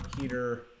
heater